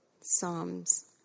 Psalms